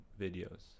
videos